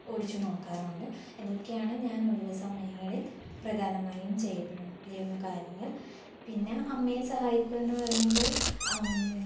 ഓടിച്ചു നോക്കാറുണ്ട് ഇതൊക്കെയാണ് ഞാൻ ഒഴിവ് സമയങ്ങളിൽ പ്രധാനമായും ചെയ്യപ്പെടു ചെയ്യുന്ന കാര്യങ്ങൾ പിന്നെ അമ്മയെ സഹായിക്കുക എന്ന് പറയുമ്പോൾ